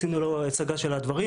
עשינו לו הצגה של הדברים.